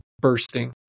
bursting